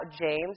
James